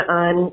on